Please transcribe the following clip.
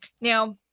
Now